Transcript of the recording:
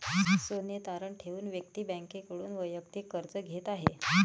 सोने तारण ठेवून व्यक्ती बँकेकडून वैयक्तिक कर्ज घेत आहे